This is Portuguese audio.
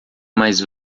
mais